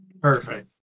Perfect